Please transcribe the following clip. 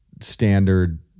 standard